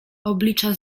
oblicza